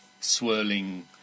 swirling